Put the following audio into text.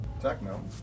techno